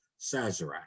Sazerac